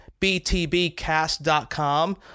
BTBcast.com